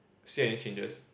see any changes